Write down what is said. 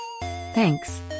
Thanks